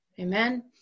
Amen